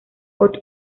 holt